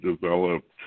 developed